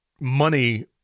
money